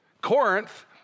Corinth